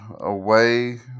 Away